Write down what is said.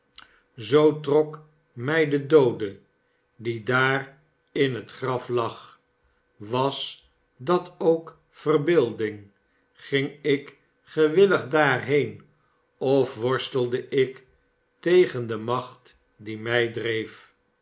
zoo trok mij de doode die daar in het graf lag was dat k verbeelding ging ik gewillig daarheen of worstelde ik tegen de macht die mij dreef